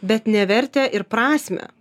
bet ne vertę ir prasmę